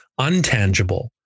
untangible